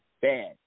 bad